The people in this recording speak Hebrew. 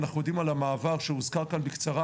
אנחנו יודעים על המעבר, שהוזכר כאן בקצרה,